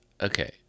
okay